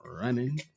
running